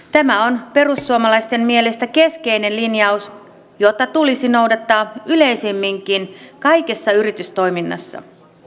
tämä on perussuomalaisten mielestä keskeinen linjaus jota tulisi noudattaa yleisemminkin kaikessa yritystoiminnassa